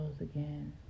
again